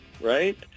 right